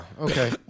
okay